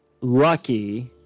lucky